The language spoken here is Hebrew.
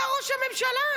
אתה ראש הממשלה.